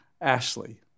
Ashley